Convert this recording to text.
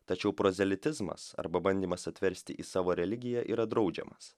tačiau prozelitizmas arba bandymas atversti į savo religiją yra draudžiamas